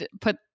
put